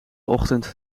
ochtend